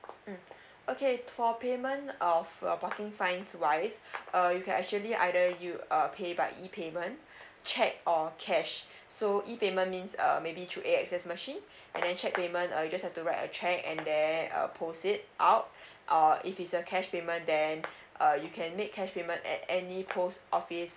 mm okay for payment of a parking fines wise uh you can actually either u~ uh pay by E payment cheque or cash so E payment means err maybe through A_X_S machine and then cheque payment uh you just have to write a cheque and then uh post it out uh if it's a cash payment then uh you can make cash payment at any post office